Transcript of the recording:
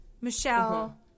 Michelle